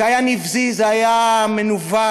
זה היה נבזי, זה היה מנוול.